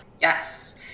Yes